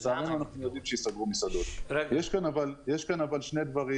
יש שני דברים